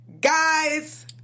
Guys